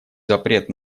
запрет